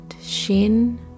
shin